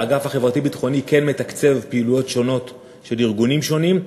האגף הביטחוני-חברתי כן מתקצב פעילויות שונות של ארגונים שונים.